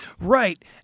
Right